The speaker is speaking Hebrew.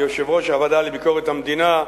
כיושב-ראש הוועדה לביקורת המדינה,